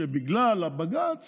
שבגלל הבג"ץ